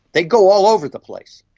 they go all over the place.